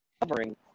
covering